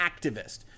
activist